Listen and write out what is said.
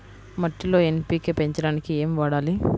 మట్టిలో ఎన్.పీ.కే పెంచడానికి ఏమి వాడాలి?